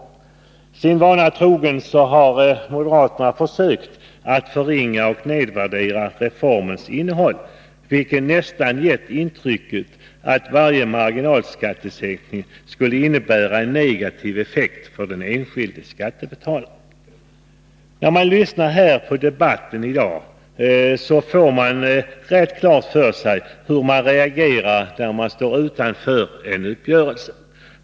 Sin vana trogna har moderaterna försökt att förringa och nedvärdera reformens innehåll, vilket nästan givit intrycket att varje marginalskattesänkning får en negativ effekt för den enskilde skattebetalaren. Den som lyssnar på debatten i dag får rätt klart för sig hur man reagerar, när man står utanför en uppgörelse.